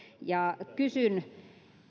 ja kysyn